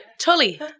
Tully